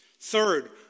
Third